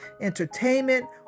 entertainment